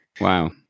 Wow